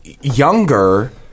younger